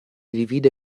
divide